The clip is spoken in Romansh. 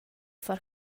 far